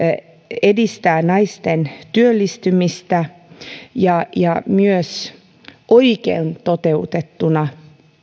edistää naisten työllistymistä ja ja oikein toteutettuna